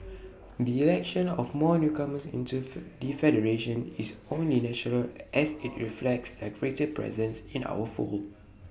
the election of more newcomers into fir D federation is only natural as IT reflects their greater presence in our fold